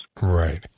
Right